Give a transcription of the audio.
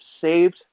saved